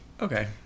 Okay